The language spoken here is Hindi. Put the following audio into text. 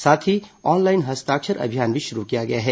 साथ ही ऑनलाइन हस्ताक्षर अभियान भी शुरू किया गया है